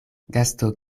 gasto